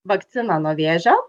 vakciną nuo vėžio